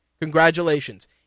Congratulations